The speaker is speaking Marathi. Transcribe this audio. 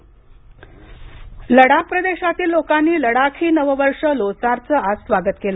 लडाख लोसार लडाख प्रदेशातील लोकांनी लडाखी नव वर्ष लोसारचं आज स्वागत केलं